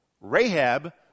Rahab